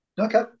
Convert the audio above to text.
Okay